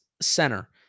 center